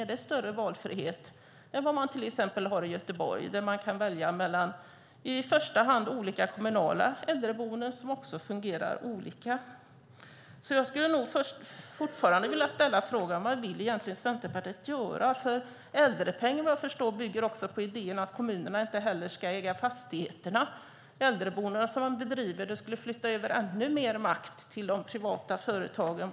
Är det större valfrihet än vad man till exempel har i Göteborg där man i första hand kan välja mellan olika kommunala äldreboenden som fungerar olika? Jag vill fortfarande ställa frågan: Vad vill egentligen Centerpartiet göra? Vad jag förstår bygger äldrepengen på idén att kommunerna inte heller ska äga fastigheterna. Det skulle flytta över ännu mer makt till de privata företagen.